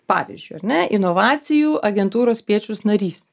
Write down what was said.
pavyzdžiui ar ne inovacijų agentūros spiečius narys